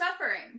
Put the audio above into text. suffering